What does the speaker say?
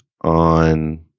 on